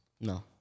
No